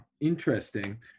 interesting